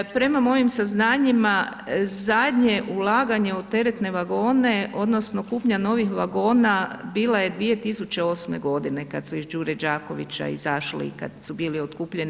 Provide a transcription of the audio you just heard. Prema mojim saznanjima zadnje ulaganje u teretne vagone odnosno kupnja novih vagona bila je 2008. godine kad su iz Đure Đakovića izašli i kad su bili otkupljeni.